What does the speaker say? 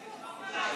היית עדין,